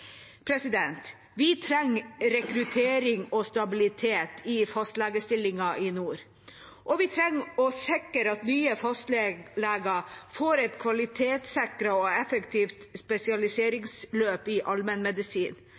Vi trenger regulering og stabilitet i fastlegestillinger i nord, og vi trenger å sikre at nye fastleger får et kvalitetssikret og effektivt spesialiseringsløp i allmennmedisin.